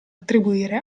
attribuire